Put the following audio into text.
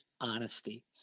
honesty